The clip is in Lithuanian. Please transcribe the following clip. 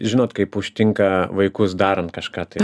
žinot kaip užtinka vaikus darant kažką tai